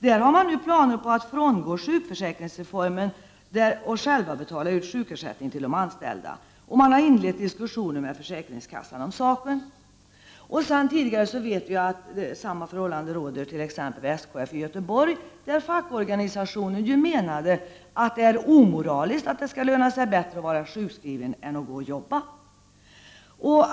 Där har man nu planer på att frångå sjukförsäkringsreformen och själva betala ut sjukersättning till de anställda. Man har inlett diskussion med försäkringskassan om saken. Sedan tidigare vet vi ju att samma förhållande råder vid t.ex. SKF i Göteborg, där fackorganisationen ju menade att ”det är omoraliskt att det lönar sig bättre att vara sjukskriven än att arbeta”.